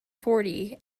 forty